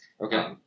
Okay